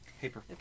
Paper